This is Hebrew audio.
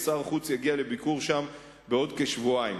ושר החוץ יגיע לביקור שם בעוד כשבועיים.